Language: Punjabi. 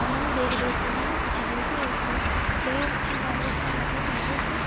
ਉਹਨਾਂ ਨੂੰ ਦੇਖ ਦੇਖ ਕੇ ਹੀ ਮੈਂ ਸਿੱਖੀ ਗਈ ਸੀ ਇਸ ਲਈ ਅਤੇ ਬਾਅਦ ਵਿੱਚ ਮੈਂ ਆਪਣੀ ਫਰੈਂਡ ਨੂੰ ਇੱਕ